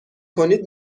کنید